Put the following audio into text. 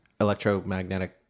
electromagnetic